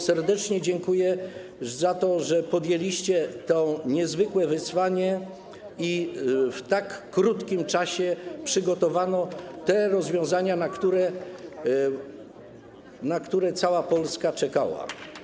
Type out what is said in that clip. Serdecznie dziękuję za to, że podjęliście to niezwykłe wyzwanie i w tak krótkim czasie przygotowano te rozwiązania, na które cała Polska czekała.